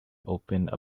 opened